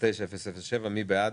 פנייה מס' 09007 מי בעד?